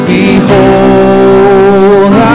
Behold